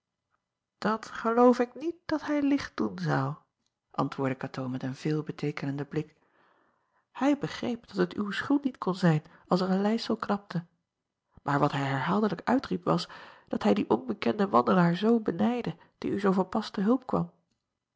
at geloof ik niet dat hij licht doen zou antwoordde atoo met een veelbeteekenenden blik hij begreep dat het uw schuld niet kon zijn als er een leisel knapte aar wat hij herhaaldelijk uitriep was dat hij dien onbekenden wandelaar zoo benijdde die u zoo van pas te hulp kwam